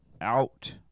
out